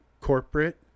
corporate